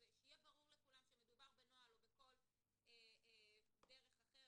שיהיה ברור לכולם שמדובר בנוהל או בכל דרך אחרת.